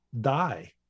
die